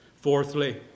fourthly